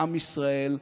לעם ישראל,